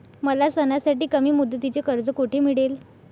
मला सणासाठी कमी मुदतीचे कर्ज कोठे मिळेल?